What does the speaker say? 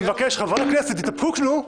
ששש, אני מבקש, חברי הכנסת, תתאפקו, נו.